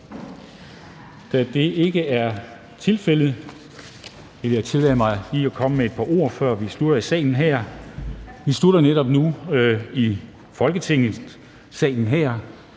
Da det ikke er tilfældet, vil jeg tillade mig lige at komme med et par ord, før vi slutter i salen her. --- Kl. 12:36 Meddelelser